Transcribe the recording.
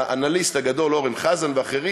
האנליסט הגדול אורן חזן ואחרים,